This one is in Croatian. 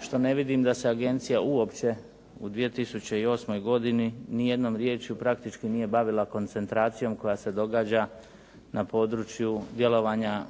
što ne vidim da se agencija uopće u 2008. godini ni jednom riječju praktički nije bavila koncentracijom koja se događa na području djelovanja